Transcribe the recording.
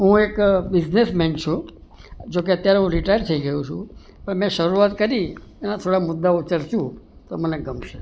હું એક બિઝનેસમેન છું જો કે અત્યારે હું રીટાયર થઈ ગયો છું પણ મેં શરૂઆત કરી એના થોડા મુદાઓ ચર્ચું તો મને ગમશે